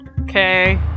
Okay